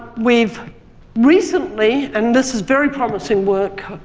we've recently, and this is very promising work,